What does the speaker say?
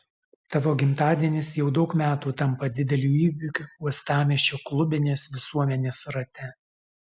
tavo gimtadienis jau daug metų tampa dideliu įvykiu uostamiesčio klubinės visuomenės rate